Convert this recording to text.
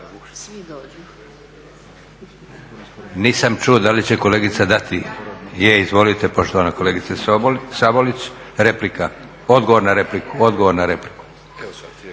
(SDP)** Nisam čuo da li će kolegica dati? Je, izvolite poštovana kolegice Sabolić, replika, odgovor na repliku. **Sabolić,